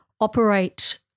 operate